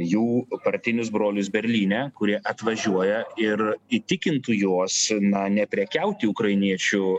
jų partinius brolius berlyne kurie atvažiuoja ir įtikintų juos na neprekiauti ukrainiečių